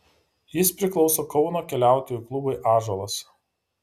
jis priklauso kauno keliautojų klubui ąžuolas